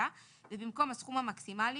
ובמקום הסכום המקסימלי